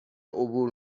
عبور